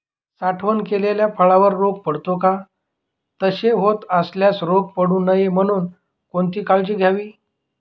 साठवण केलेल्या फळावर रोग पडतो का? तसे होत असल्यास रोग पडू नये म्हणून कोणती काळजी घ्यावी?